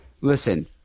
listen